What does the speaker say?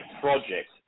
project